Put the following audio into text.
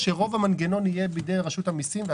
שרוב המנגנון יהיה בידי רשות המיסים,